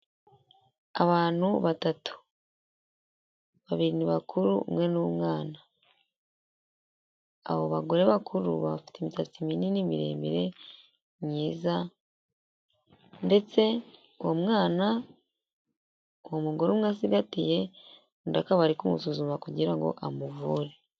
Abantu batatu. Babiri babiri ni bakuru, imwe ni umwana. Abo bagore bakuru bafite imisatsi miremire, myiza ndetse uwo mwana umugore umwe asigagatiye undi akaba ari kumusuzuma kugirango ngo amuvure.